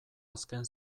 azken